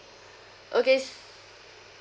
okay